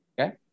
okay